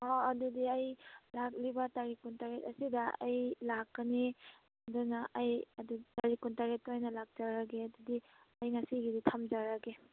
ꯑꯥ ꯑꯗꯨꯗꯤ ꯑꯩ ꯂꯥꯛꯂꯤꯕ ꯇꯔꯤꯛ ꯀꯨꯟ ꯇꯔꯦꯠ ꯑꯁꯤꯗ ꯑꯩ ꯂꯥꯛꯀꯅꯤ ꯑꯗꯨꯅ ꯑꯩ ꯑꯗꯨ ꯇꯥꯔꯤꯛ ꯀꯨꯟ ꯇꯔꯦꯠꯇ ꯑꯣꯏꯅ ꯂꯥꯛꯆꯔꯒꯦ ꯑꯗꯨꯗꯤ ꯑꯩ ꯉꯁꯤꯒꯤꯗꯤ ꯊꯝꯖꯔꯒꯦ